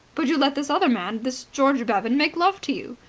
but you let this other man, this george bevan, make love to you.